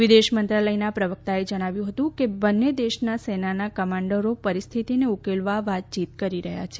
વિદેશ મંત્રાલયનાં પ્રવક્તાએ જણાવ્યું હતું કે બંન્ને દેશનાં સેનાનાં કમાન્ડરો પરિસ્થિતીને ઉકેલવા વાતચીય કરી રહ્યા છે